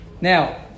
now